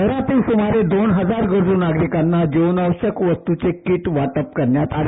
शहरातील सुमारे दोन हजार गरजू नागरिकांना जिवनावश्यक किटचे वाटप करण्यात आले